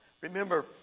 Remember